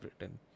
written